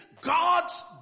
God's